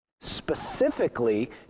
specifically